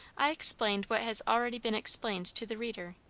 i explained what has already been explained to the reader,